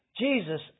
Jesus